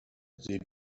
sehen